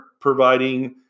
providing